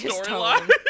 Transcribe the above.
storyline